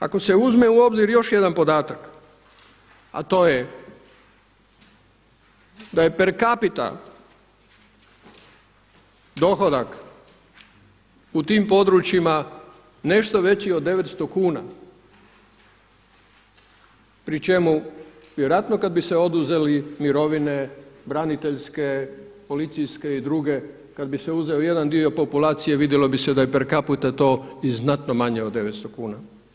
Ako se uzme u obzir i još jedan podatak, a to je da je per capita dohodak u tim područjima nešto veći od 900 kuna pri čemu vjerojatno kad bi se oduzeli mirovine braniteljske, policijske i druge, kad bi se uzeo jedan dio populacije vidjelo bi se da je per capita to i znatno manje od 900 kuna.